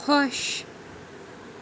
خۄش